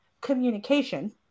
communication